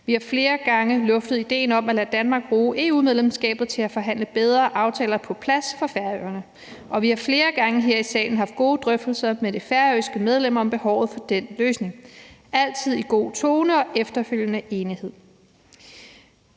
Vi har flere gange luftet idéen om at lade Danmark bruge EU-medlemskabet til at forhandle bedre aftaler på plads for Færøerne, og vi har flere gange her i salen haft gode drøftelser med de færøske medlemmer om behovet for den løsning. Det er altid sket i en god tone og med efterfølgende enighed.